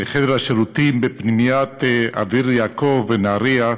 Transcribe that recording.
בחדר השירותים בפנימיית "אביר יעקב" בנהריה,